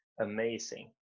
amazing